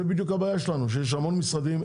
זו בדיוק הבעיה שלנו שיש המון משרדים.